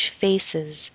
faces